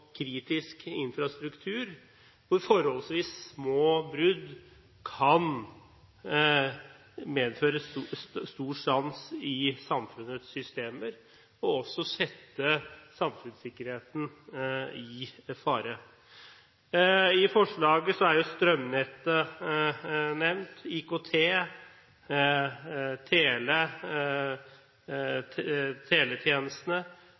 kritisk infrastruktur hvor forholdsvis små brudd kan medføre stor stans i samfunnets systemer og også sette samfunnssikkerheten i fare. I forslaget er strømnettet, IKT, teletjenester og ikke minst betalingssystemer, som vi alle er så avhengige av, nevnt. Det er